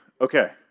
Okay